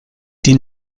die